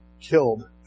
killed